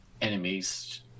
enemies